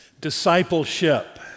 discipleship